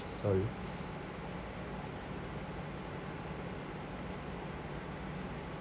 sorry